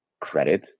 credit